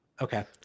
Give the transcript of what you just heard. Okay